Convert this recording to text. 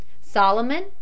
Solomon